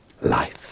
life